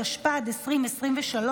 התשפ"ד 2023,